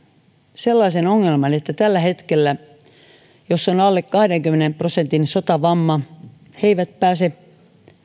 sellaisen ongelman että tällä hetkellä jos on alle kahdenkymmenen prosentin sotavamma he eivät pääse